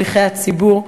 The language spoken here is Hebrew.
שליחי הציבור,